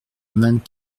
vingt